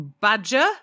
badger